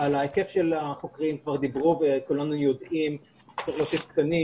על היקף של החוקרים כבר דיברו וכולנו יודעים שצריך להוסיף תקנים.